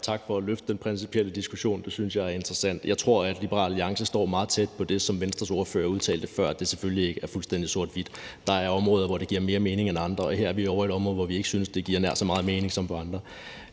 Tak for at løfte den principielle diskussion; det synes jeg er interessant. Jeg tror, at Liberal Alliance står meget tæt på det, som Venstres ordfører udtalte før: at det selvfølgelig ikke er fuldstændig sort-hvidt. Der er områder, hvor det giver mere mening end andre, og her er vi ovre i et område, hvor vi ikke synes det giver nær så meget mening som på andre